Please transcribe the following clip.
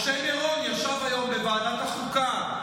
משה מירון ישב היום בוועדת החוקה.